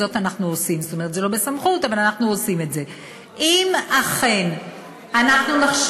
ומה שלא בסמכותנו, אני אומרת: